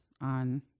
on